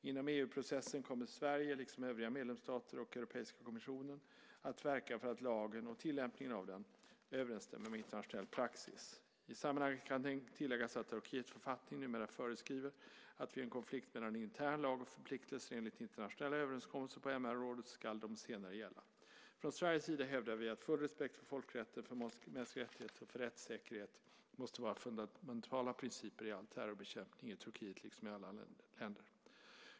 Inom EU processen kommer Sverige, liksom övriga medlemsstater och Europeiska kommissionen, att verka för att lagen, och tillämpningen av den, överensstämmer med internationell praxis. I sammanhanget kan tilläggas att Turkiets författning numera föreskriver att vid en konflikt mellan en intern lag och förpliktelser enligt internationella överenskommelser på MR-området, ska de senare gälla. Från Sveriges sida hävdar vi att full respekt för folkrätten, för mänskliga rättigheter och för rättssäkerhet måste vara fundamentala principer i all terrorbekämpning, i Turkiet liksom i alla andra länder.